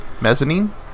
Mezzanine